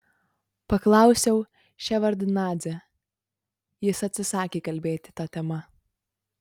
paklausiau ševardnadzę jis atsisakė kalbėti ta tema